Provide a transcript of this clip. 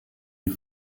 die